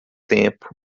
tempo